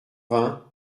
vingt